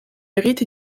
hérite